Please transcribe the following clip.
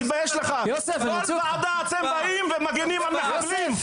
כל ועדה אתם באים ומגנים על מחבלים.